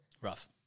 rough